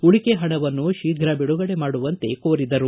ಉಳಿಕೆ ಪಣವನ್ನು ಶೀಘ್ರ ಬಿಡುಗಡೆ ಮಾಡುವಂತೆ ಕೋರಿದರು